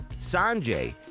Sanjay